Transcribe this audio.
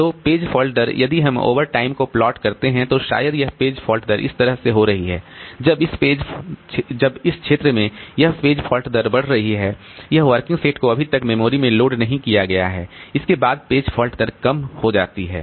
तो page fault दर यदि हम ओवरटाइम को प्लॉट करते हैं तो शायद यह पेज फॉल्ट दर इस तरह से हो रही है जब इस क्षेत्र में यह पेज फॉल्ट दर बढ़ रही है यह वर्किंग सेट को अभी तक मेमोरी में लोड नहीं किया गया है इसके बाद पेज फॉल्ट दर कम हो जाती है